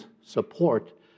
support